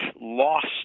lost